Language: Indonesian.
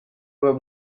dua